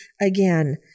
Again